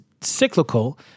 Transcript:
cyclical